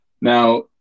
Now